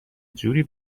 جوری